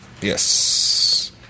Yes